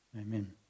Amen